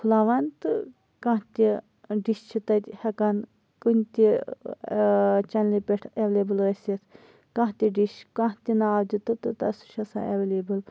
کھُلاوان تہٕ کانٛہہ تہٕ ڈِش چھِ تَتہِ ہیٚکان کُنتہِ چَنلہِ پیٹھ ایویلیبٕل ٲسِتھ کانٛہہ تہِ ڈِش کانٛہہ تہِ ناو دِتو تہٕ تَس سُہ چھُ آسان ایویلیبٕل